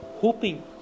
hoping